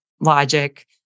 logic